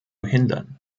hindern